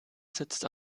sitzt